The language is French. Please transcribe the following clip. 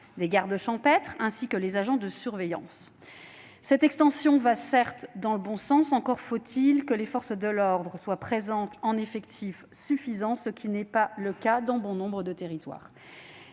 les gardes champêtres, ainsi que les agents de surveillance de la Ville de Paris. Cette extension va dans le bon sens ; encore faut-il que les forces de l'ordre soient présentes en effectifs suffisants, ce qui n'est pas le cas dans bon nombre de nos territoires.